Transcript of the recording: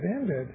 ended